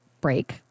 break